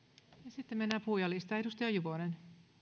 sitten mennään puhujalistaan edustaja juvonen